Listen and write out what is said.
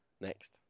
next